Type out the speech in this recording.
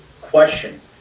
question